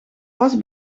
was